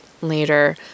later